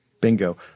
Bingo